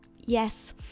Yes